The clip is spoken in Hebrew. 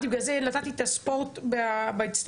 בגלל זה נתתי את הספורט באצטדיונים,